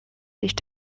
sich